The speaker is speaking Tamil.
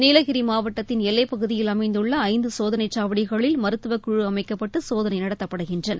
நீலகிரி மாவட்டத்தின் எல்லைப் பகுதியில் அமைந்துள்ள ஐந்து சோதனை சாவடிகளில் மருத்துவக்குழ அமைக்கப்பட்டு சோதனை நடத்தப்படுகின்றன